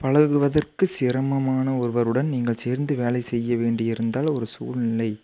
பழகுவதற்கு சிரமமான ஒருவருடன் நீங்கள் சேர்ந்து வேலை செய்ய வேண்டி இருந்தால் ஒரு சூழ்நிலை